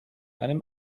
einem